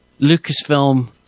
Lucasfilm